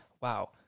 wow